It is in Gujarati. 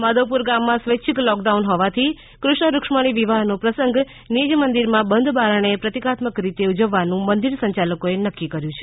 માધવપુર ગામમાં સ્વૈચ્છીક લોકડાઉન હોવાથી કૃષ્ણ રૂક્ષ્મણી વિવાહનો પ્રસંગ નિજ મંદિરમાં બંધ બારણે પ્રતિકાત્મક રીતે ઉજવવાનું મંદિર સંચાલકોએ નકકી કર્યું છે